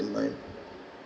in mind